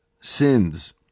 sins